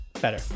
better